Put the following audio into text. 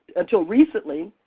until recently,